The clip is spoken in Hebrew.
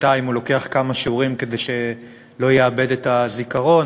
בינתיים הוא לוקח כמה שיעורים כדי שלא יאבד את היכולת,